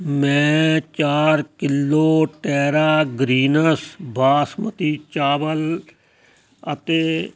ਮੈਂ ਚਾਰ kilo terra greens basmati ਚਾਵਲ ਅਤੇ